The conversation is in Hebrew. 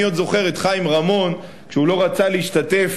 אני עוד זוכר את חיים רמון כשהוא לא רצה להשתתף